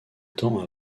temps